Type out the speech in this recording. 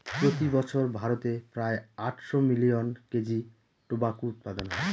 প্রতি বছর ভারতে প্রায় আটশো মিলিয়ন কেজি টোবাকো উৎপাদন হয়